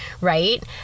right